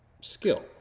skill